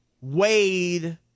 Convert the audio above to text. Wade